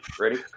Ready